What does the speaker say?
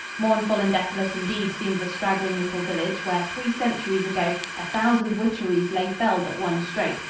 mournful and desolate indeed seemed the straggling little village where three centuries ago a thousand witcheries lay felled at one stroke,